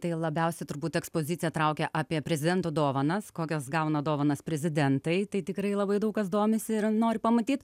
tai labiausiai turbūt ekspozicija traukia apie prezidento dovanas kokias gauna dovanas prezidentai tai tikrai labai daug kas domisi ir nori pamatyt